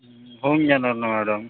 हो मी येनार न मॅडम